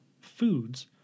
foods